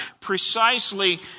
precisely